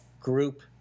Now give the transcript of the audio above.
group